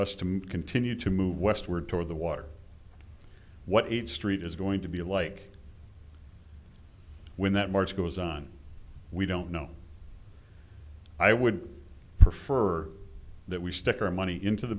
us to continue to move westward toward the water what aid street is going to be like when that market goes on we don't know i would prefer that we stick our money into the